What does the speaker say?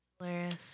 Hilarious